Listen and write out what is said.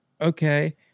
okay